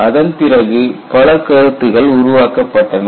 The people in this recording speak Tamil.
அதன் பிறகு பல கருத்துக்கள் உருவாக்கப்பட்டன